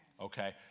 Okay